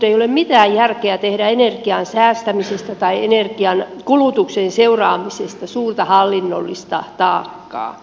ei ole mitään järkeä tehdä energian säästämisestä tai energiankulutuksen seuraamisesta suurta hallinnollista taakkaa